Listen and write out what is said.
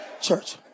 Church